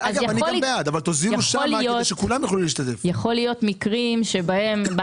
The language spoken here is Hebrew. אני בעד אבל תוזילו שם כדי שכולם יוכלו להשתתף.